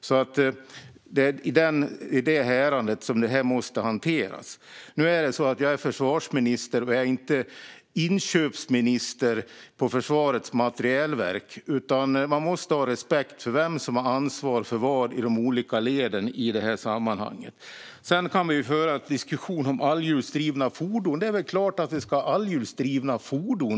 Det är i det häradet detta måste hanteras. Jag är försvarsminister, inte inköpsminister på Försvarets materielverk. Man måste ha respekt för vem som har ansvar för vad i de olika leden i detta sammanhang. Sedan kan man föra en diskussion om allhjulsdrivna fordon. Det är klart att vi ska ha allhjulsdrivna fordon.